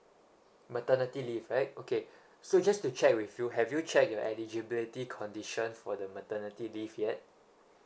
maternity leave right okay so just to check with you have you check your eligibility condition for the maternity leave yet